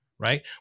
Right